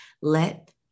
Let